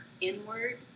inward